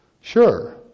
Sure